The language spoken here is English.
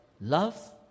love